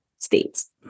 states